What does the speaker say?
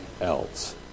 else